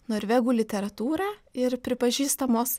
norvegų literatūrą ir pripažįstamos